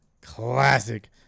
Classic